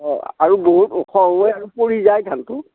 অঁ আৰু বহুত ওখ হয় আৰু পৰি যায় ধানটো